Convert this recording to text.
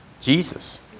Jesus